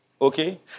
Okay